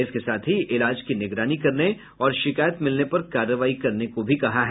इसके साथ इलाज की निगरानी करने और शिकायत मिलने पर कार्रवाई करने को भी कहा है